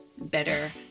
better